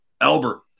Albert